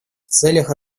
целях